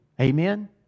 Amen